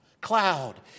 cloud